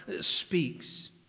speaks